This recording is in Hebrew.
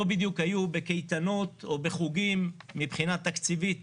בדיוק היו בקייטנות או בחוגים מבחינה תקציבית